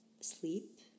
Sleep